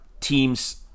teams